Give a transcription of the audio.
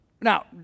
Now